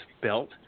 built